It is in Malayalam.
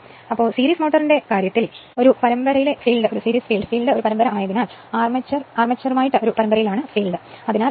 ഇപ്പോൾ സീരീസ് മോട്ടോറിന്റെ കാര്യത്തിൽ പരമ്പരയിലെ പരമ്പര ഫീൽഡ് ആയതിനാൽ അർമേച്ചർ കറന്റ് ഫീൽഡ് കറന്റ്